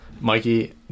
Mikey